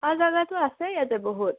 অঁ জেগাটো আছে ইয়াতে বহুত